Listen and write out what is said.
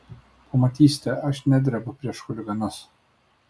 pamatysite aš nedrebu prieš chuliganus